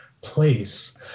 place